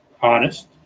honest